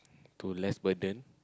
to less burden